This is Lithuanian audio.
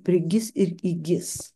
prigis ir įgis